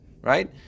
right